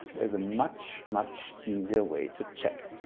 there's a much much easier way to check.